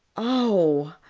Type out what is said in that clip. oh,